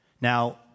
Now